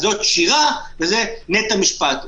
זאת שיר"ה וזה נט"ע משפט.